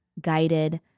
guided